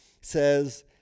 says